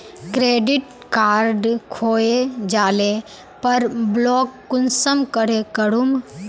Credit card खोये जाले पर ब्लॉक कुंसम करे करूम?